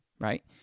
right